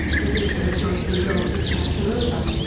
the digger adroitly rolled his captor over,